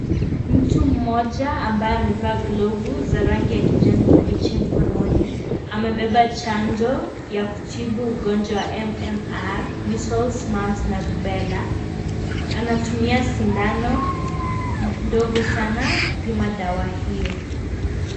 Mtu mmoja ambaye amevaa glovu za rangi ya kijani kibichi mkononi. Amebeba chanjo ya kutibu ugonjwa wa MMR, measles, mumps na rubella . Anatumia sindano ndogo sana kupima dawa hiyo.